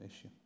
issue